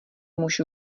muž